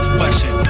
question